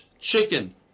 chicken